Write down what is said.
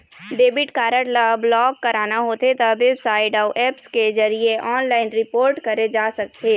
debit card ल block कराना होथे त बेबसाइट अउ ऐप्स के जरिए ऑनलाइन रिपोर्ट करे जा सकथे